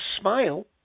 Smile